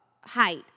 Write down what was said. height